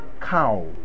Cow